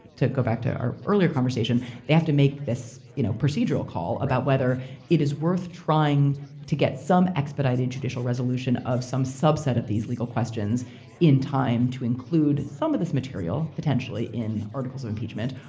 to go back to our earlier conversation, they have to make this you know procedural call about whether it is worth trying to get some expedited judicial resolution of some subset of these legal questions in time to include some of this material potentially in articles of impeachment,